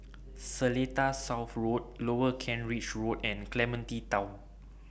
Seletar South Road Lower Kent Ridge Road and Clementi Town